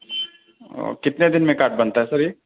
اوہ کتنے دن میں کارڈ بنتا ہے سر یہ